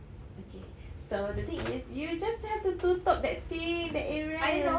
okay so the thing is you just have to tutup that thing that area